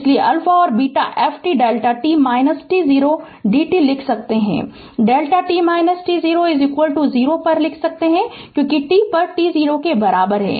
इसलिए α से ft Δ t t0 dt लिख सकते हैं Δ t t0 0पर लिख सकते हैं क्योंकि t पर t0 के बराबर है